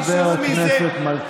חבר הכנסת מלכיאלי.